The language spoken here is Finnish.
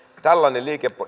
tällainen